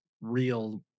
real